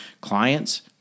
clients